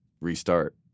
restart